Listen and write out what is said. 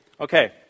Okay